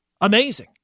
Amazing